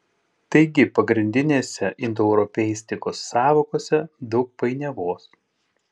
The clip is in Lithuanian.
taigi pagrindinėse indoeuropeistikos sąvokose daug painiavos